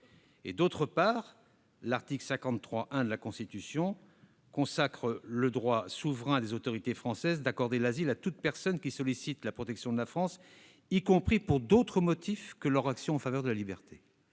; d'autre part, l'article 53-1 de la Constitution consacre le droit souverain des autorités françaises d'accorder l'asile à toute personne qui sollicite la protection de la France, y compris pour d'autres motifs que son action en faveur de la liberté.